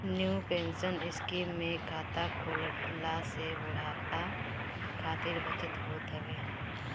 new pension scheme में खाता खोलला से बुढ़ापा खातिर बचत होत हवे